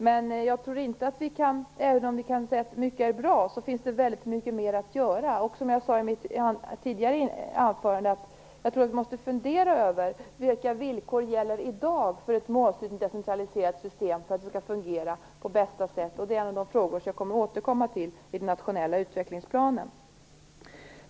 Men även om vi kan säga att mycket är bra, finns det väldigt mycket mer att göra. Som jag tidigare sade i mitt anförande tror jag att man måste fundera över vilka villkor som gäller i dag för ett decentraliserat system som skall fungera på bästa sätt. Det är en av de frågor som jag kommer att återkomma till i den nationella utvecklingsplanen.